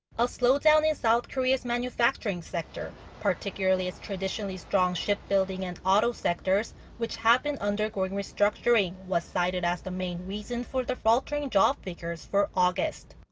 a slowdown in south korea's manufacturing sector. particularly its traditionally strong shipbuilding and auto sectors which have been undergoing restructuring, was cited as the main reason for the faltering job figures for august.